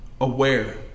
aware